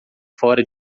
fora